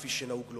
כפי שנהוג לומר,